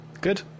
Good